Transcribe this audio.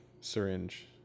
syringe